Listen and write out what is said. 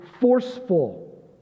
forceful